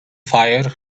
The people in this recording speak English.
fire